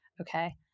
Okay